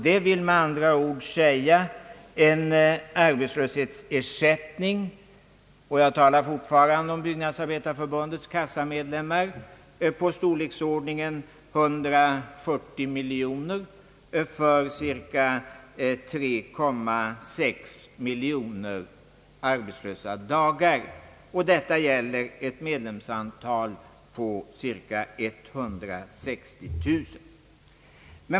Det innebär med andra ord en arbetslöshetsersätt ning — jag talar fortfarande om byggnadsarbetareförbundets <kassamedlem mar — av storleksordningen 140 miljoner kronor för cirka 3,6 miljoner arbetslösa dagar. Detta gäller ett medlemsantal på cirka 160 000.